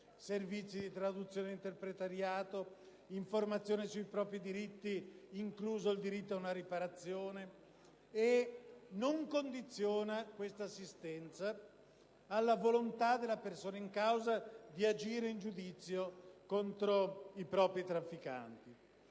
servizi di traduzione e interpretariato, informazione sui propri diritti, incluso quello ad una riparazione, senza condizionare tale assistenza alla volontà della persona in causa di agire in giudizio contro i propri trafficanti.